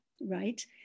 right